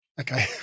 Okay